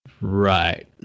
Right